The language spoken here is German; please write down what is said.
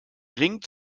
ring